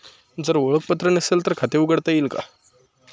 जर ओळखपत्र नसेल तर खाते उघडता येईल का?